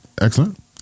excellent